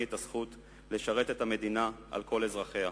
את הזכות לשרת את המדינה על כל אזרחיה.